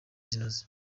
zinoze